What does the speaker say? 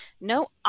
no